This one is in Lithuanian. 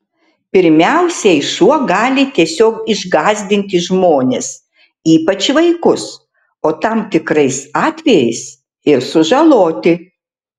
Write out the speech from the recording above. pirmiausiai šuo gali tiesiog išgąsdinti žmones ypač vaikus o tam tikrais atvejais ir sužaloti